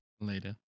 Later